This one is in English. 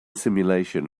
simulation